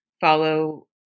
follow